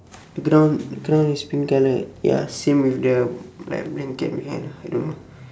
crown crown is pink colour ya same with the like a blanket behind I don't know